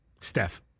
Steph